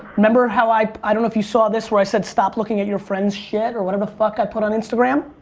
remember how i? i don't know if you saw this where i said stop looking at your friends' shit or whatever the fuck i put on instagram?